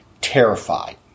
terrified